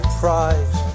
pride